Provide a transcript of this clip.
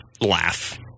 laugh